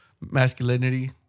masculinity